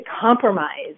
compromise